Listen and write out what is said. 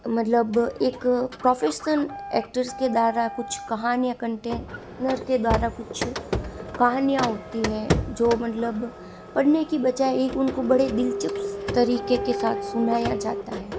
मतलब एक professional actors के द्वारा कुछ कहानियाँ कंटेंनर के द्वारा कुछ कहानियाँ होती है जो मतलब पढ़ने की बचाए एक उनको बड़े दिलचस्प तरीक़े के साथ सुनाया जाता है